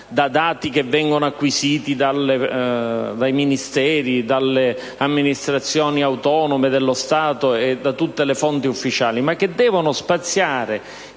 da dati che vengono acquisiti dai Ministeri, dalle amministrazioni autonome dello Stato e da tutte le fonti ufficiali, ma che devono spaziare